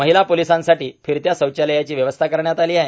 महिला पोलीसांसाठी फिरत्या शौचालयाची व्यवस्था करण्यात आली आहे